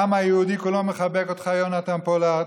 העם היהודי כולו מחבק אותך, יונתן פולארד.